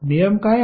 नियम काय आहे